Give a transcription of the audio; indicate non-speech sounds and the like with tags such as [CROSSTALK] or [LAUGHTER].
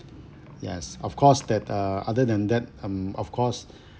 yes of course that uh other than that um of course [BREATH]